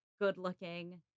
good-looking